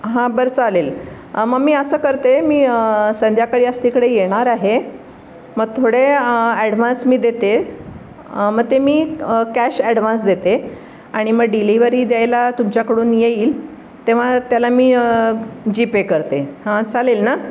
हां बरं चालेल मग मी असं करते मी संध्याकाळी आज तिकडे येणार आहे मग थोडे ॲडव्हान्स मी देते मग ते मी कॅश ॲडव्हान्स देते आणि मग डिलिवरी द्यायला तुमच्याकडून येईल तेव्हा त्याला मी जी पे करते हां चालेल ना